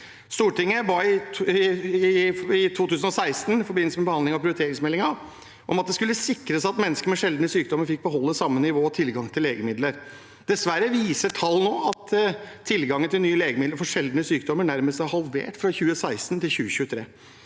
Stortinget ba i 2016, i forbindelse med behandlingen av prioriteringsmeldingen, om at det skulle sikres at mennesker med sjeldne sykdommer fikk beholde samme nivå av tilgang til legemidler. Dessverre viser tall nå at tilgangen til nye legemidler for sjeldne sykdommer nærmest er halvert fra 2016 til 2023.